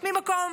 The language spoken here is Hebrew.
מהמקום